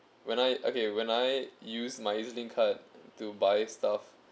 when I okay when I use my E_Z_link card to buy stuff